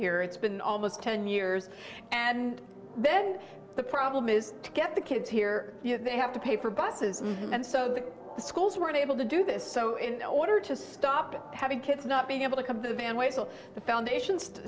here it's been almost ten years and then the problem is to get the kids here they have to pay for buses and so the schools weren't able to do this so in order to stop it having kids not being able to come to the families of the foundations to